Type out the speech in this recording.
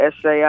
Sai